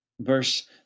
verse